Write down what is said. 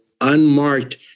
unmarked